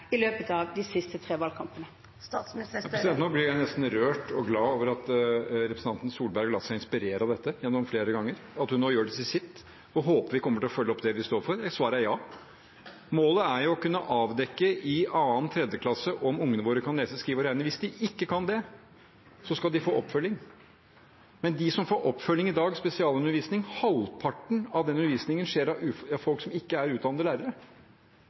i løpet av de siste tre valgkampene? Nå blir jeg nesten rørt. Jeg er glad for at representanten Solberg har latt seg inspirere av dette flere ganger, og at hun nå gjør det til sitt og håper vi kommer til å følge opp det vi står for. Svaret er ja. Målet er å kunne avdekke i 2. og 3. klasse om ungene våre kan lese, skrive og regne. Hvis de ikke kan det, skal de få oppfølging. Men de som får oppfølging og spesialundervisning i dag, opplever at halvparten av den undervisningen skjer av folk som ikke er utdannede lærere.